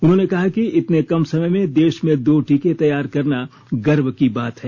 उन्होंने कहा कि इतने कम समय में देश में दो टीके तैयार करना गर्व की बात है